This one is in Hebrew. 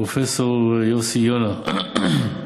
פרופ' יוסי יונה,